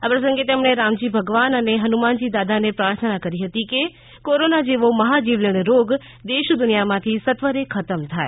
આ પ્રસંગે તેમણે રામજી ભગવાન અને હનુમાનજી દાદાને પ્રાર્થના કરી હતી કે કોરોના જેવો મહા જીવલેણ રોગ દેશ દુનિયા માથી સત્વરે ખતમ થાય